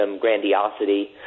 grandiosity